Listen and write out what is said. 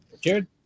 jared